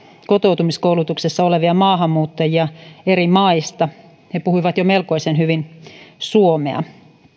kotoutumiskoulutuksessa olevia maahanmuuttajia eri maista he puhuivat jo melkoisen hyvin suomea